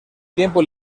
tiempo